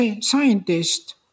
scientists